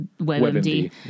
WebMD